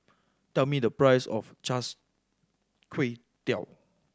tell me the price of Char Kway Teow